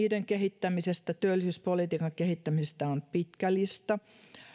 niiden kehittämisestä työllisyyspolitiikan kehittämisestä on pitkä lista